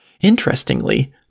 Interestingly